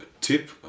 tip